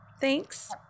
Thanks